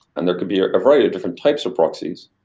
and there could be a variety of different types of proxies.